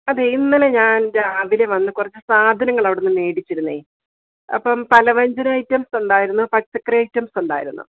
അതെ ഇന്നലെ ഞാന് രാവിലെ വന്ന് കുറച്ച് സാധനങ്ങള് അവിടുന്ന് മേടിച്ചിരുന്നെ അപ്പം പലവ്യഞ്ജന ഐറ്റംസ് ഉണ്ടായിരുന്നു പച്ചക്കറി ഐറ്റംസുണ്ടായിരുന്നു